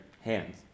hands